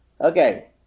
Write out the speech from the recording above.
Okay